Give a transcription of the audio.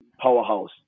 powerhouse